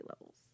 levels